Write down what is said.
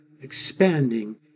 expanding